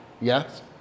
yes